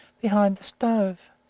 behind the stove.